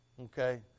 Okay